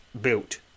Built